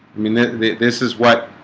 i mean this is what?